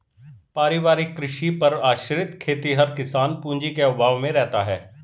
पारिवारिक कृषि पर आश्रित खेतिहर किसान पूँजी के अभाव में रहता है